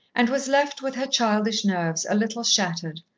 and was left with her childish nerves a little shattered,